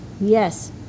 Yes